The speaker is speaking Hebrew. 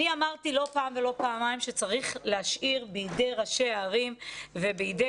אני אמרתי לא פעם ולא פעמיים שצריך להשאיר בידי ראשי הערים ובידי